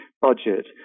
budget